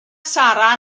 sara